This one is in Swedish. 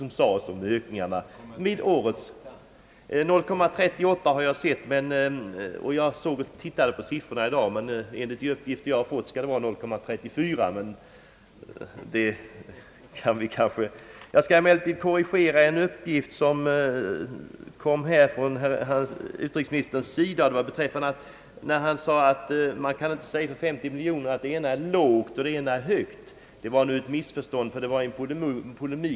— Jag hör att herr utrikesministern nu säger 0,38 procent, men enligt de uppgifter jag fått skall det vara 0,34. Jag skall emellertid korrigera en uppgift, som kom från utrikesministerns sida. Han sade att man inte kan påstå att 50 miljoner i ena fallet är högt och i andra lågt. Men det var i polemik mot herr Björk, som jag sade detta.